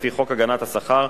לפי חוק הגנת השכר,